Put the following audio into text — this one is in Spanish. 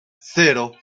cero